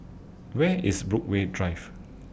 Where IS Brookvale Drive